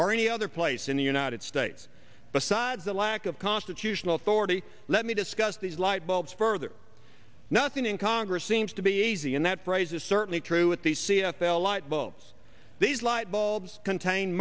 or any other place in the united states besides a lack of constitutional authority let me discuss these lightbulbs further nothing in congress seems to be easy in that price is certainly true at the c f l light bulbs these light bulbs contain